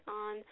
on